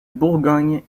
bourgogne